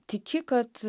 tiki kad